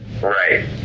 Right